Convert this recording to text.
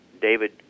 David